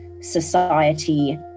society